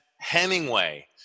Hemingway